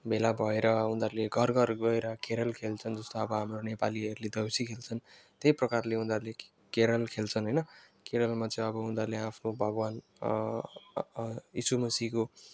भेला भएर उनीहरूले घर घर गएर क्यारल खेल्छन् जस्तो अब हाम्रो नेपालीहरूले देउसी खेल्छन् त्यही प्रकारले उनीहरूले क्यारल खेल्छन् होइन क्यारलमा चाहिँ अब उनीहरूले आफ्नो भगवान् यिसु मसीहको